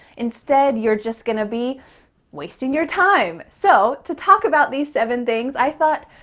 instead, you're just going to be wasting your time. so, to talk about these seven things, i thought,